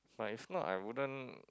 but it's not I wouldn't